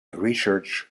research